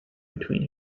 between